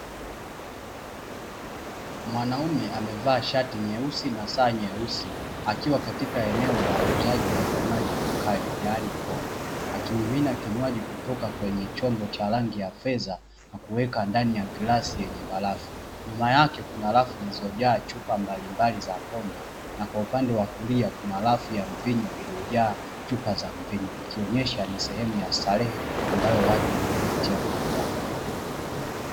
Mwanaume amevaa shati nyeusi na saa nyeusi akiwa katika eneo la uuzaji wa vinywaji vikali yaani pombe, akimimina kinywaji kutoka kwenye chombo cha rangi ya fedha na kuweka ndani ya glasi yenye barafu. Nyuma yake kuna rafu zizojaa chupa mbalimbali za pombe na upande wa kulia kuna rafu ya mvinyo iliyojaa chupa za mvinyo, ikionyesha ni sehemu ya starehe ambayo watu wanajipatia burudani.